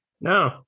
No